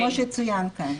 כמו שצוין כאן.